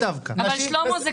אבל שלמה,